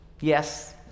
Yes